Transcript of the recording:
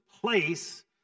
place